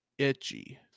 itchy